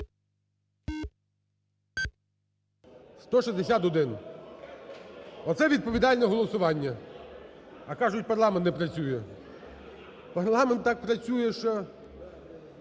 За-161 Оце відповідальне голосування. А кажуть, парламент не працює. Парламент так працює, що